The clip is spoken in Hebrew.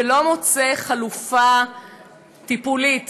ולא מוצא חלופה טיפולית